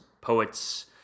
poets